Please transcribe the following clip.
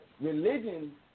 religion